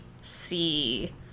see